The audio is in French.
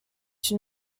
une